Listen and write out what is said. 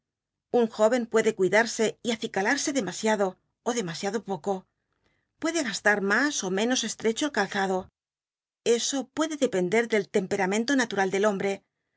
un jó en puede cuidarse y acicalarse demasiado ó demasiado poco puede ga tar mas menos estrecho e mizado eso puede depender del temperamento natmal del hom